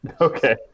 Okay